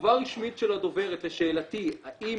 ובתגובה רשמית של הדוברת לשאלתי: האם